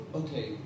okay